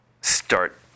start